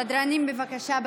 סדרנים, בבקשה.